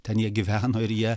ten jie gyveno ir jie